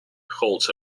holds